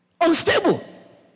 unstable